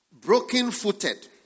Broken-footed